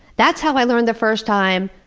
that's how i learned the first time,